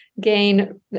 gain